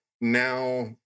now